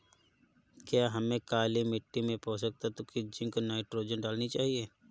क्या हमें काली मिट्टी में पोषक तत्व की जिंक नाइट्रोजन डालनी चाहिए?